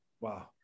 Wow